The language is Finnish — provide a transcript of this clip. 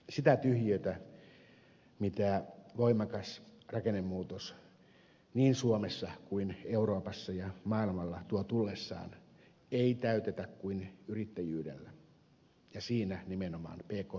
sitä tyhjiötä jonka voimakas rakennemuutos niin suomessa kuin euroopassa ja maailmalla tuo tullessaan ei täytetä kuin yrittäjyydellä ja nimenomaan pk yritysten voimin